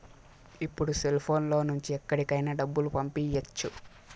ఇప్పుడు సెల్ఫోన్ లో నుంచి ఎక్కడికైనా డబ్బులు పంపియ్యచ్చు